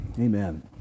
Amen